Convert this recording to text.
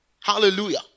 Hallelujah